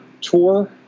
tour